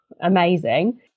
amazing